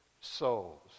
souls